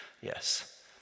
Yes